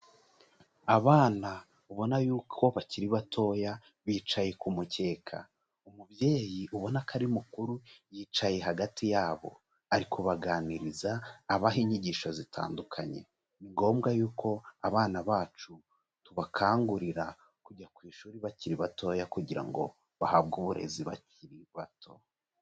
Abana ubona yuko bakiri batoya bicaye ku mukeka, umubyeyi ubona ko ari mukuru yicaye hagati yabo, ari kubaganiriza abaha inyigisho zitandukanye, ni ngombwa yuko abana bacu tubakangurira kujya ku ishuri bakiri batoya, kugira ngo bahabwe uburezi bakiri bato.